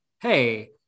Hey